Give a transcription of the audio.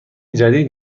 جدید